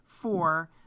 four